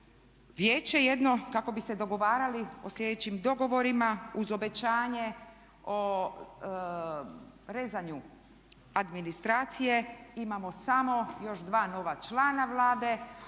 vijeće jedno kako bi se dogovarali o sljedećim dogovorima uz obećanje o rezanju administracije. Imamo samo još dva nova člana Vlade.